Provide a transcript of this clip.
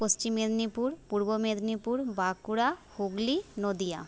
Paschim Medinipur Purba Medinipur Bankura Hooghly Nadia